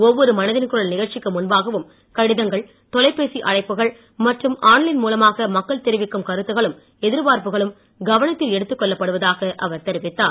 ஒவ்வொரு மனதின் குரல் நிகழ்ச்சிக்கு முன்பாகவும் கடிதங்கள் தொலைபேசி அழைப்புகள் மற்றும் ஆன்லைன் மூலமாக மக்கள் தெரிவிக்கும் கருத்துகளும் எதிர்பார்ப்புகளும் கவனத்தில் எடுத்துக்கொள்ளப் படுவதாக அவர் தெரிவித்தார்